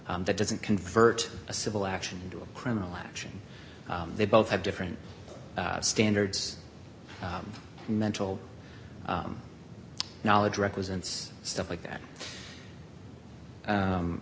that doesn't convert a civil action into a criminal action they both have different standards and mental knowledge represents stuff like that